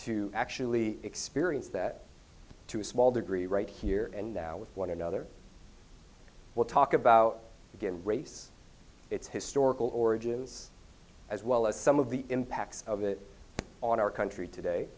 to actually experience that to a small degree right here and now with one another we'll talk about a good race its historical origins as well as some of the impacts of it on our country today